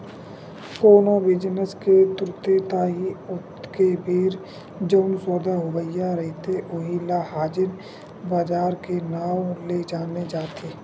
कोनो भी जिनिस के तुरते ताही ओतके बेर जउन सौदा होवइया रहिथे उही ल हाजिर बजार के नांव ले जाने जाथे